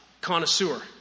connoisseur